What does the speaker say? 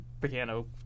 piano